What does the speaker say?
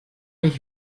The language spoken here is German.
ich